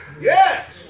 yes